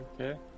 Okay